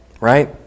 Right